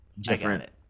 different